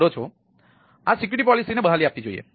આ સિક્યુરિટી પોલિસીને બહાલી આપવી જોઈએ